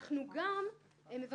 אנחנו גם מבקשים